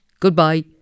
Goodbye